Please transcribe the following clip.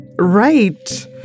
Right